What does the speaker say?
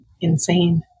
insane